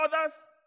others